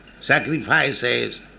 sacrifices